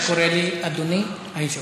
אתה קורא לי "אדוני היושב-ראש".